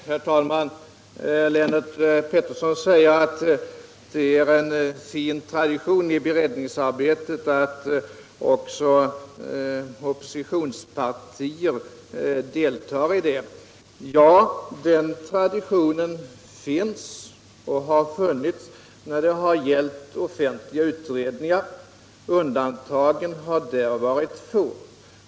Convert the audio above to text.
Herr talman! Lennart Pettersson säger att det är en fin tradition att också oppositionspartier deltar i beredningsarbetet. Ja, den traditionen finns och har funnits när det gällt offentliga utredningar — undantagen har där varit få.